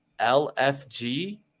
LFG